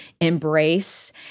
embrace